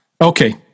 Okay